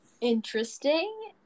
Interesting